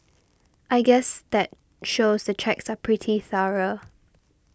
I guess that shows the checks are pretty thorough